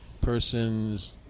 person's